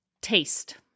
taste